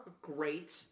great